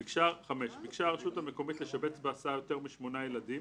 (5) ביקשה הרשות המקומית לשבץ בהסעה יותר מ-8 ילדים,